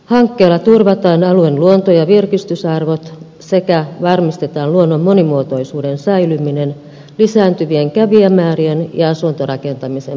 hankkeella turvataan alueen luonto ja virkistysarvot sekä varmistetaan luonnon monimuotoisuuden säilyminen lisääntyvien kävijämäärien ja asuntorakentamisen paineessa